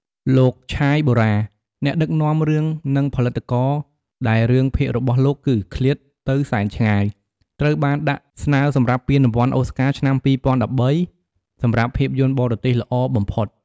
លោក ឆាយ បូរ៉ា អ្នកដឹកនាំរឿងនិងផលិតករ ដែលរឿងភាគរបស់លោកគឺ "ឃ្លាតទៅសែនឆ្ងាយ" ត្រូវបានដាក់ស្នើសម្រាប់ពានរង្វាន់អូស្ការឆ្នាំ ២០១៣ សម្រាប់ភាពយន្តបរទេសល្អបំផុត។